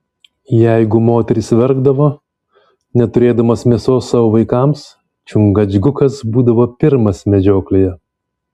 jeigu moterys verkdavo neturėdamos mėsos savo vaikams čingačgukas būdavo pirmas medžioklėje